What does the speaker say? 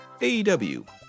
aew